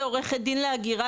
כעורכת דין להגירה,